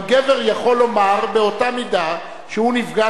גם גבר יכול לומר באותה מידה שהוא נפגע